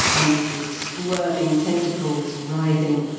and, with squirming tentacles writhing,